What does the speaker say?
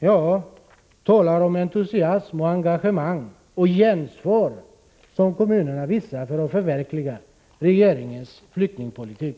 Ja, tala om entusiasm, engagemang och gensvar som visas av kommunerna för att förverkliga regeringens flyktingpolitik!